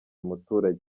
muturage